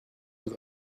with